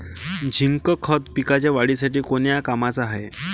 Zinc खत पिकाच्या वाढीसाठी कोन्या कामाचं हाये?